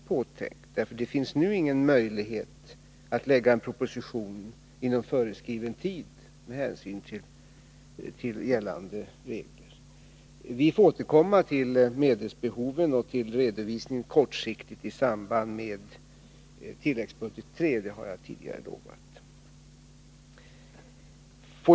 Med hänsyn till gällande regler finns det nu ingen möjlighet att lägga fram en proposition inom föreskriven tid. Vi får återkomma till medelsbehoven och den kortsiktiga redovisningen i samband med tilläggsbudget III. Det har jag tidigare lovat.